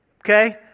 Okay